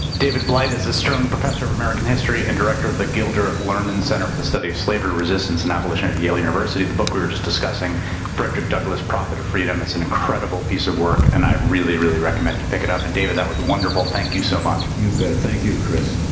david blight is a professor of american history and director of the gilder lehrman center of of the study of slavery resistance and abolition in yale university. the book we were just discussing frederick douglass prophet of freedom. it's an incredible piece of work, and i really, really recommend you pick it up. and david, that was wonderful, thank you so much. you bet. thank you, chris.